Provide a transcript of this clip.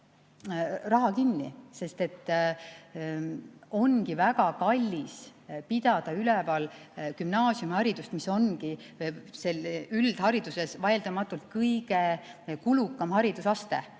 raha kinni, sest ongi väga kallis pidada üleval gümnaasiumiharidust, mis ongi üldhariduses vaieldamatult kõige kulukam haridusaste.